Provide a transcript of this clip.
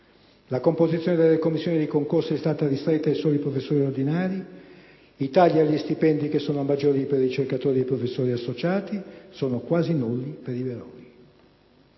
La composizione delle commissioni di concorso è stata ristretta ai solo professori ordinari, i tagli agli stipendi, che sono maggiori per ricercatori e professori associati, sono quasi nulli per i baroni.